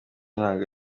ntanga